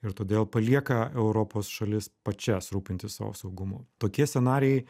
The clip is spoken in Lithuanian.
ir todėl palieka europos šalis pačias rūpintis savo saugumu tokie scenarijai